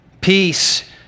peace